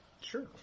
Sure